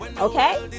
okay